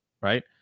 right